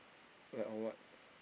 like on what